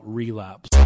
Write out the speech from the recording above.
relapse